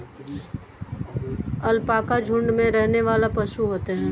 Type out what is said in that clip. alpaca झुण्ड में रहने वाले पशु होते है